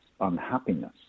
unhappiness